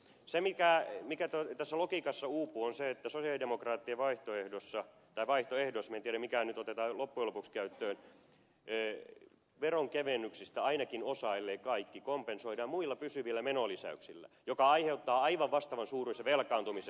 se mikä tässä logiikassa uupuu on se että sosialidemokraattien vaihtoehdossa tai vaihtoehdoissa minä en tiedä mikä nyt otetaan loppujen lopuksi käyttöön veronkevennyksistä ainakin osa ellei kaikki kompensoidaan muilla pysyvillä menolisäyksillä mikä aiheuttaa aivan vastaavan suuruisen velkaantumisen